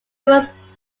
towards